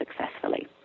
successfully